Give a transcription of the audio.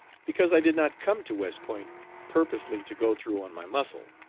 because i did not come to west point purposely to go through on my muscle.